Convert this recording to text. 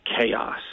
chaos